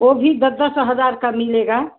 ओ भी दस दस हज़ार का मिलेगा